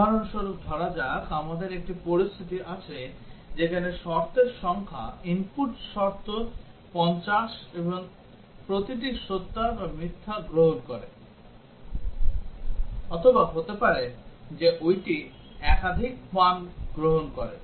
উদাহরণস্বরূপ ধরা যাক আমাদের একটি পরিস্থিতি আছে যেখানে শর্তের সংখ্যা input শর্ত 50 এবং প্রতিটি সত্য বা মিথ্যা গ্রহণ করে অথবা হতে পারে যে ওইটি একাধিক মান গ্রহণ করে